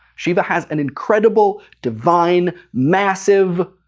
shiva has an incredible, divine, massive,